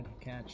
catch